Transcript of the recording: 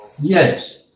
Yes